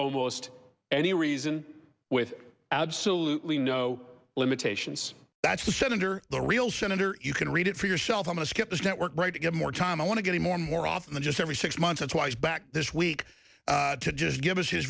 almost any reason with absolutely no limitations that's the senator the real senator you can read it for yourself i'm a skip this network right to give more time i want to getting more and more often than just every six months or twice back this week to just give us his